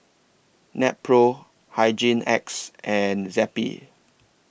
Nepro Hygin X and Zappy